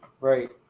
right